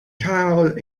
child